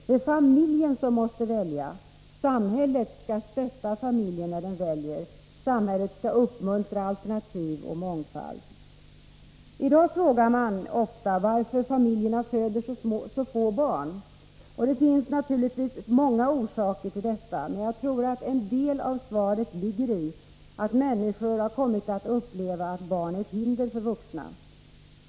Det är familjen som måste välja — samhället skall stötta familjen när den väljer, samhället skall uppmuntra alternativ och mångfald. I dag frågar man ofta varför familjerna föder så få barn. Det finns naturligtvis många orsaker till detta. Men jag tror att en del av svaret ligger i att människor har kommit att uppleva att barn är ett hinder för vuxna.